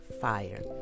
fire